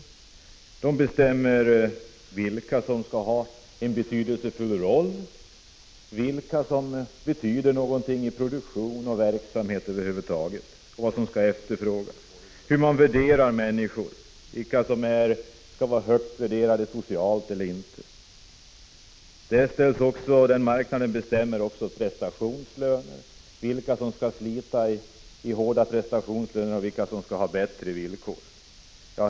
De bestämmer vilka som skall ha en betydelsefull roll, vilka som betyder någonting i produktion och verksamhet över huvud taget, vad som skall efterfrågas, hur människor skall värderas, vilka som socialt skall värderas högre. Denna marknad bestämmer också prestationslöner — där avgörs vilka som skall slita hårt för prestationslöner och vilka som skall ha bättre villkor.